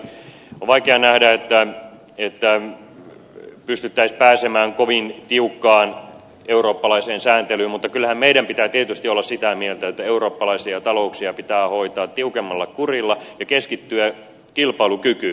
on vaikea nähdä että pystyttäisiin pääsemään kovin tiukkaan eurooppalaiseen sääntelyyn mutta kyllähän meidän pitää tietysti olla sitä mieltä että eurooppalaisia talouksia pitää hoitaa tiukemmalla kurilla ja keskittyä kilpailukykyyn